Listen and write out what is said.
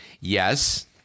yes